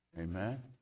Amen